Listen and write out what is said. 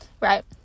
Right